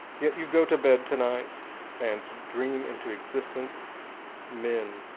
yet you go to bed tonight and dream into existence men,